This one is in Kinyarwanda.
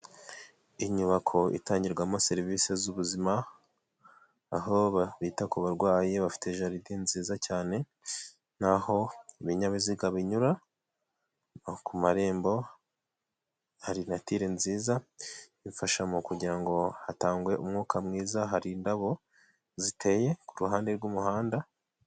Inyubako itangirwamo serivisi z'ubuzima, aho bita ku barwayi bafite jaride nziza cyane naho ibinyabiziga binyura, nko ku marembo hari natire nziza ifasha mu kugira ngo hatangwe umwuka mwiza, hari indabo ziteye kuru ruhande rw'umuhanda.